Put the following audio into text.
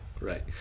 Right